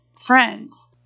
friends